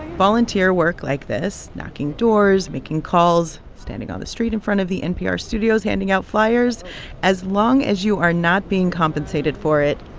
volunteer work like this knocking doors, making calls, standing on the street in front of the npr studios, handing out flyers as long as you are not being compensated for it,